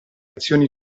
azioni